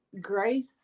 grace